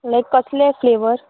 लायक कसले फ्लेवर